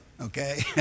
okay